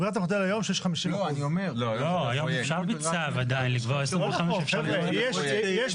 ברירת המחדל היום שיש 50%. יש פרויקטים